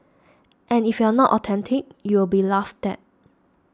and if you are not authentic you will be laughed at